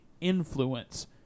influence